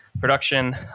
production